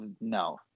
no